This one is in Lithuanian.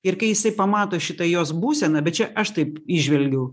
ir kai jisai pamato šitą jos būseną bet čia aš taip įžvelgiau